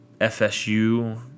FSU